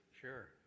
Sure